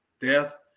death